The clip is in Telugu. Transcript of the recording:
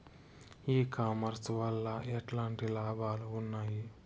ఈ కామర్స్ వల్ల ఎట్లాంటి లాభాలు ఉన్నాయి?